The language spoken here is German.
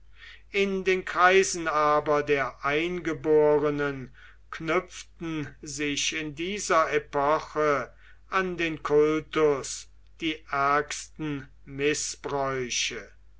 in den kreisen aber der eingeborenen knüpften sich in dieser epoche an den kultus die ärgsten